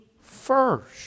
first